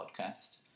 podcast